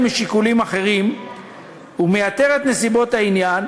משיקולים אחרים ומיתר נסיבות העניין,